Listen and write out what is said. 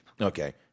Okay